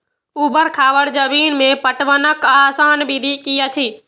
ऊवर खावर जमीन में पटवनक आसान विधि की अछि?